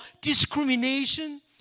discrimination